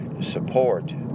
support